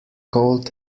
cold